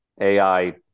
AI